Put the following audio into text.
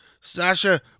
Sasha